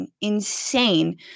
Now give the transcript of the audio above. insane